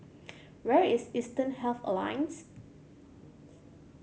where is Eastern Health Alliance